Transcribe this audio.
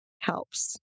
helps